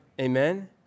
Amen